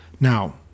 Now